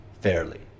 fairly